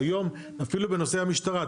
אפילו בנושא המשטרה.